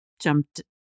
jumped